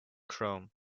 chrome